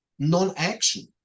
Non-action